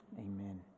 Amen